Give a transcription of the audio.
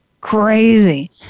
crazy